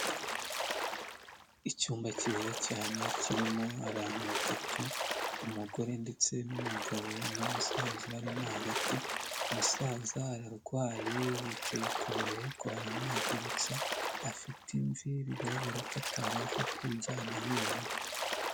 Icyumba cyiza cyane kirimo abantu batatu, umugore ndetse n'umugabo n'umusaza barimo hagati, umusaza ararwaye yicaye ku buriri ariko baramuhagurutsa, afite imvi bigaraga ko atabasha kwijyana wenyine.